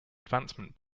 advancement